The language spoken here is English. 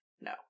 no